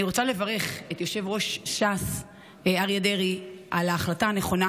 אני רוצה לברך את יושב-ראש ש"ס אריה דרעי על ההחלטה הנכונה